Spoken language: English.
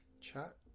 chat